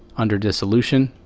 under dissolution,